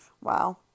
Wow